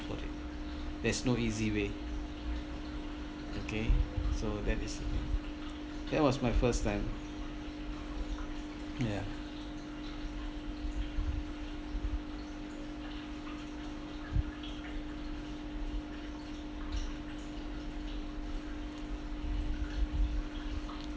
for it there's no easy way okay so that is that was my first time ya